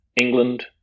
England